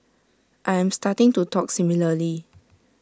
I am starting to talk similarly